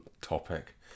topic